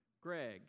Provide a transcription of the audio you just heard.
Greg